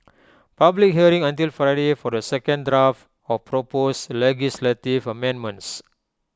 public hearing until Friday for the second draft of proposed legislative amendments